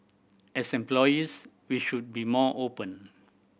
as employees we should be more open